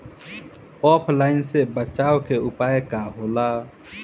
ऑफलाइनसे बचाव के उपाय का होला?